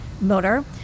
motor